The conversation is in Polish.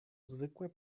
zwykłe